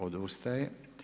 Odustaje.